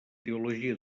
teologia